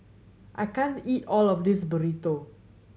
I can't eat all of this Burrito